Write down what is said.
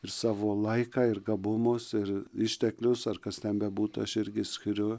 ir savo laiką ir gabumus ir išteklius ar kas ten bebūtų aš irgi skiriu